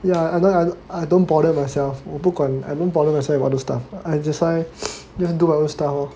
ya I know and I don't bother myself 我不管 I don't bother myself with all those stuff I decide to do my own stuff lor